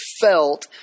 felt